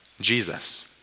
Jesus